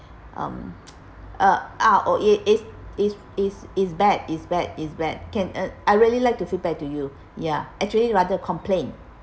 um uh ah oh it is is is is bad is bad is bad can uh I really like to feedback to you ya actually rather complain